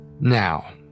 Now